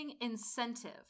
incentive